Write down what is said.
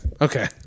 okay